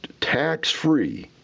tax-free